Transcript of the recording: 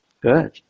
Good